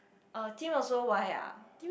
oh Tim also Y ah